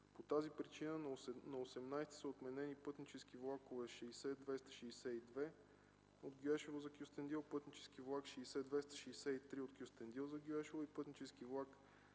По тази причина на 18 март са отменени пътнически влакове: 60-262 от Гюешево за Кюстендил, пътнически влак 60-263 от Кюстендил за Гюешево и пътнически влак 60-264 от Гюешево за Кюстендил.